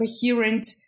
coherent